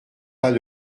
pas